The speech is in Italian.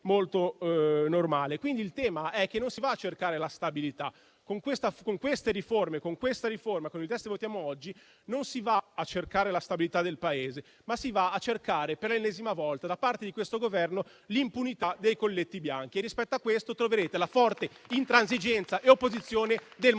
il tema è che non si va a cercare la stabilità. Con questa riforma, con i testi in discussione, non si va a cercare la stabilità del Paese. Si va a cercare per l'ennesima volta da parte di questo Governo l'impunità dei colletti bianchi e rispetto a questo troverete la forte intransigenza e l'opposizione del MoVimento